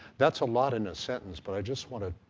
that's a lot in a sentence, but i just want to